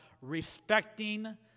respecting